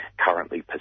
currently